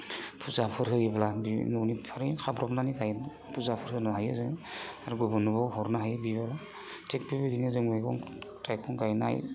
फुजाफोर होयोब्ला बे न'निफ्राय खाब्र'बनानैहाय फुजाफोर होनो हायो जों आरो गुबुननोबो हरनो हायो बिबार थिग बेबायदिनो जों मैगं थाइगं गायनाय